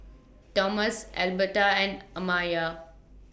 Tomas Elberta and Amiya